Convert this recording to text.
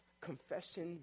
Confession